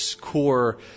core